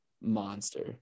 monster